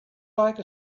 like